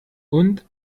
und